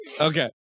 Okay